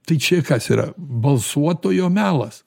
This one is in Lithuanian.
tai čia kas yra balsuotojo melas